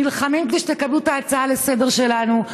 נלחמים כדי שתקבלו את ההצעה לסדר-היום שלנו,